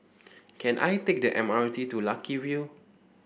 can I take the M R T to Lucky View